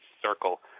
Circle